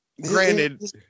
granted